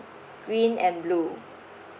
green and blue